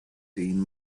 dean